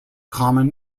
common